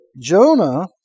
Jonah